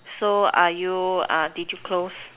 so are you did you close